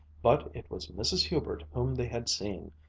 but it was mrs. hubert whom they had seen,